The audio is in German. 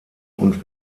und